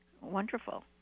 Wonderful